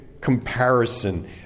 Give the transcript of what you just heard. comparison